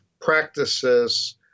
practices